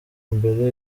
imbere